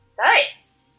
nice